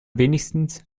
wenigstens